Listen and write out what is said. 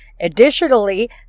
Additionally